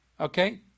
okay